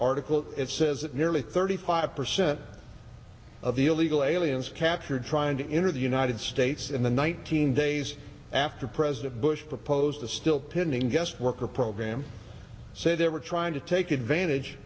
article it says it nearly thirty five percent of the illegal aliens captured trying to enter the united states in the one thousand days after president bush proposed a still pending guest worker program say they were trying to take advantage